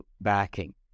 backing